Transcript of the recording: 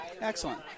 Excellent